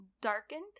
darkened